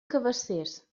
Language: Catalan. cabacés